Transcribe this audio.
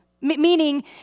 meaning